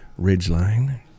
Ridgeline